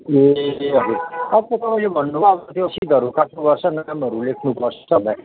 ए हजुर अन्त उयो भन्नुभयो त्यो रसिदहरू काट्नुपर्छ नामहरू लेख्नुपर्छ